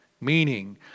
meaning